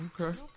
Okay